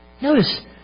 Notice